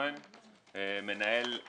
קודם אני